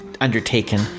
undertaken